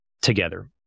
together